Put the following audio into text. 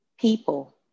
people